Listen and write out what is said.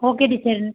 okay